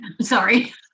sorry